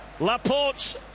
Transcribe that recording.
Laporte